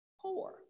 poor